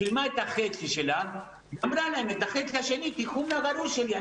היא שילמה חצי מהחוב שלה ואמרה להם: את החצי השני תבקשו מהגרוש שלי,